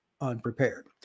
unprepared